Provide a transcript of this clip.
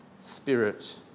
spirit